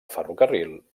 ferrocarril